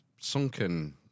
sunken